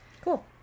cool